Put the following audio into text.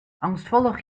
angstvallig